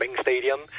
stadium